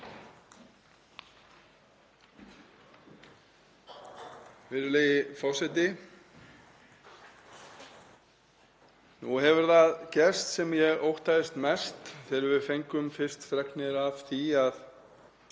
Virðulegi forseti. Nú hefur það gerst sem ég óttaðist mest þegar við fengum fyrst fregnir af því að